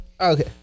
Okay